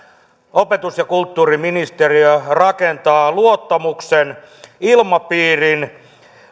opetus ja kulttuuriministeriö rakentaa luottamuksen ilmapiirin